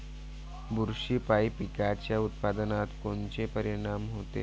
बुरशीपायी पिकाच्या उत्पादनात कोनचे परीनाम होते?